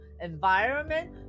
environment